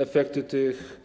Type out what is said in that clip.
Efektem tych